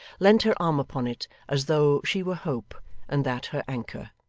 leant her arm upon it as though she were hope and that her anchor.